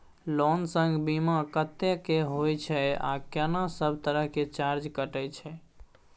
Loan संग बीमा कत्ते के होय छै आ केना सब तरह के चार्ज कटै छै?